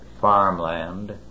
farmland